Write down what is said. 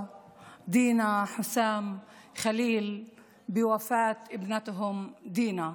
דינה חוסאם ח'ליל על פטירת בתם דינה,